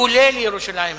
כולל ירושלים המזרחית,